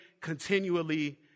continually